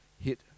hit